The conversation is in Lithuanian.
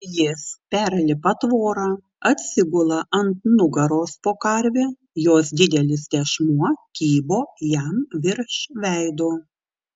jis perlipa tvorą atsigula ant nugaros po karve jos didelis tešmuo kybo jam virš veido